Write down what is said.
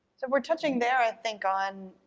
so we're touching there, i think, on,